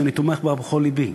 ואני תומך בה בכל לבי.